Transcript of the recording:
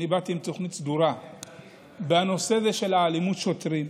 אני באתי עם תוכנית סדורה בנושא אלימות שוטרים.